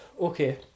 okay